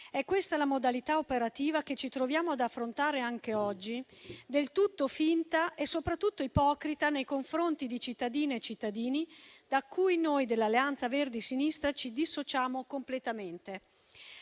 È questa la modalità operativa che ci troviamo ad affrontare anche oggi, del tutto finta e soprattutto ipocrita nei confronti di cittadine e cittadini, da cui noi dell'Alleanza Verdi e Sinistra ci dissociamo completamente.